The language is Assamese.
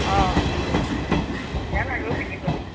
অঁ বেয়া লাগে অ' পিন্ধিবলৈ